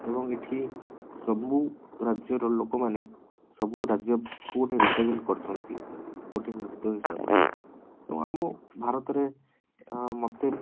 ଏବଂ ଏଠି ସବୁ ରାଜ୍ୟର ଲୋକମାନେ ସବୁ ରାଜ୍ୟକୁ ଗୋଟେ ରିପ୍ରେଜେଣ୍ଟ କରିଛନ୍ତି ଗୋଟେ ନୃତ୍ୟ ହିସାବରେ ଏବଂ ଆମ ଭାରତରେ ମୋତେ